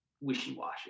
wishy-washy